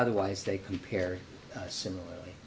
otherwise they compare similarly